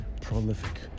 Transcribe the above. prolific